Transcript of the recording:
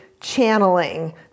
channeling